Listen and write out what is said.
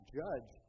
judge